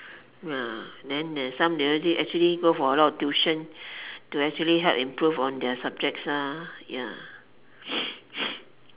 ya then there's some they actually actually go for a lot of tuition to actually help improve on their subjects lah ya